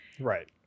Right